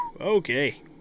Okay